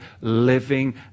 living